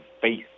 face